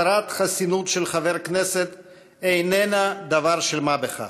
הסרת חסינות של חבר הכנסת איננה דבר של מה בכך,